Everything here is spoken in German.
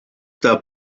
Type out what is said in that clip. der